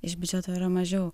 iš biudžeto yra mažiau